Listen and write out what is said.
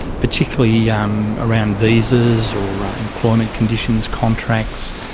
particularly yeah um around visas or ah employment conditions, contracts,